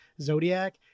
Zodiac